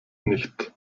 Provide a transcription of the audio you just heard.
nicht